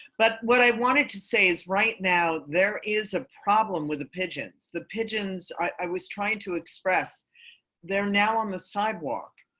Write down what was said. but what i wanted to say is, right now there is a problem with the pigeons the pigeons. i was trying to express their now on the sidewalk,